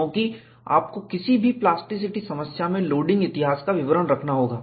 क्योंकि आपको किसी भी प्लास्टिसिटी समस्या में लोडिंग इतिहास का विवरण रखना होगा